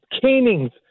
canings